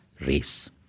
race